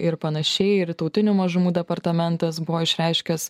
ir panašiai ir tautinių mažumų departamentas buvo išreiškęs